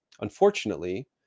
unfortunately